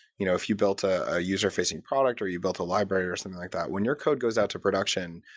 you know if you built a user-facing product or you built a library or something like that, when your code goes out to production,